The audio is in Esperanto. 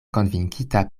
konvinkita